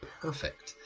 perfect